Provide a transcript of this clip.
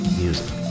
music